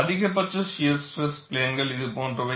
அதிகபட்ச shear stress பிளேன்கள் இதுபோன்றவை